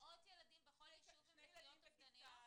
מאות ילדים בכל ישוב עם נטיות אובדניות?